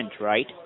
right